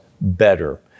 better